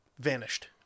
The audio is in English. vanished